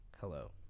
Hello